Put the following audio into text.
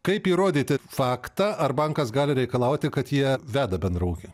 kaip įrodyti faktą ar bankas gali reikalauti kad jie veda bendrą ūkį